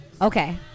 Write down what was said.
Okay